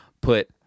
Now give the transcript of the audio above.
Put